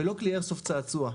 ולא כלי איירסופט צעצוע.